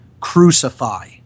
crucify